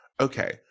Okay